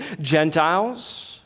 Gentiles